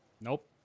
Nope